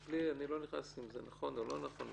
אני לא נכנס לשאלה אם זה נכון או לא נכון,